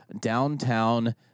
downtown